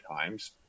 times